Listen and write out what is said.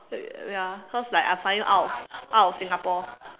ya cause like I finally out out of Singapore